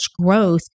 growth